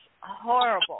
horrible